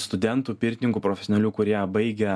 studentų pirtininkų profesionalių kurie baigia